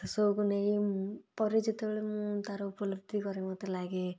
ସେସବୁକୁ ନେଇ ମୁଁ ପରେ ଯେତେବେଳେ ମୁଁ ତାର ଉପଲବ୍ଧି କରେ ମୋତେ ଲାଗେ